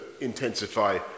intensify